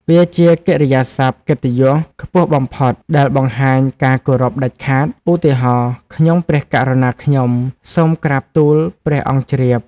វាជាកិរិយាសព្ទកិត្តិយសខ្ពស់បំផុតដែលបង្ហាញការគោរពដាច់ខាត ឧទាហរណ៍ ខ្ញុំព្រះករុណាខ្ញុំ សូមក្រាបទូល ព្រះអង្គជ្រាប។